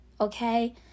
Okay